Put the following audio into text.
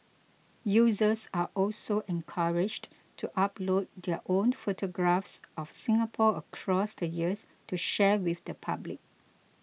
users are also encouraged to upload their own photographs of Singapore across the years to share with the public